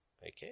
okay